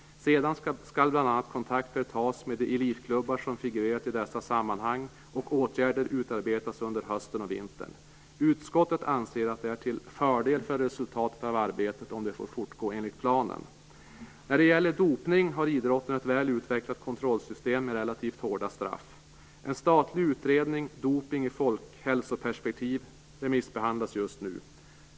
Sedan skall bl.a. kontakter tas med de elitklubbar som figurerat i dessa sammanhang och åtgärder utarbetas under hösten och vintern. Utskottet anser att det är till fördel för resultatet av arbetet om det får fortgå enligt planen. När det gäller dopning har idrotten ett väl utvecklat kontrollsystem med relativt hårda straff. En statlig utredning, Dopning i folkhälsoperspektiv, remissbehandlas just nu.